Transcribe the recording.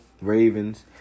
Ravens